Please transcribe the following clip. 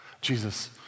Jesus